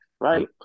right